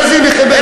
על איזה מחבל?